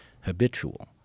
habitual